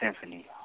symphony